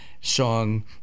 song